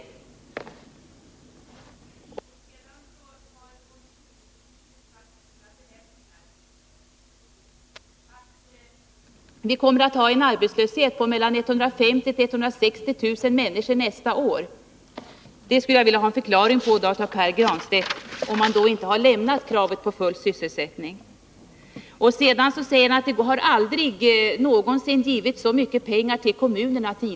Sedan har konjunkturinstitutet i sina beräkningar sagt att arbetslösheten kommer att omfatta 150 000-160 000 personer nästa år. Då skulle jag vilja ha en förklaring av Pär Granstedt, om inte detta innebär att man lämnat kravet på full sysselsättning. Pär Granstedt säger att det aldrig tidigare har givits så mycket pengar till kommunerna.